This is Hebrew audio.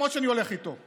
למרות שאני הולך איתו.